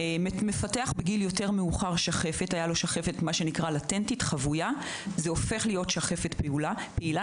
מפתח שחפת שהייתה חבויה והופכת לפעילה,